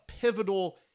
pivotal